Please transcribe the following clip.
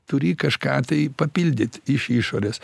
turi kažką tai papildyt iš išorės